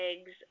eggs